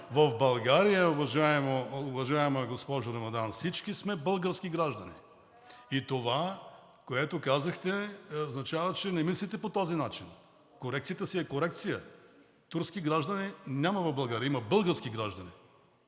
В България, уважаема госпожо Рамадан, всички сме български граждани. (Реплики от ДПС.) И това, което казахте, означава, че не мислите по този начин. Корекцията си е корекция. Турски граждани няма в България, има български граждани.